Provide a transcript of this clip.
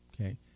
Okay